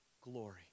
glory